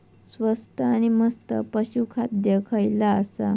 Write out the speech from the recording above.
स्वस्त आणि मस्त पशू खाद्य खयला आसा?